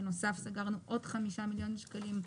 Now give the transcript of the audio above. בנוסף סגרנו עוד 5 מיליון שקלים.